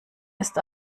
ist